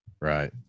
Right